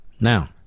Now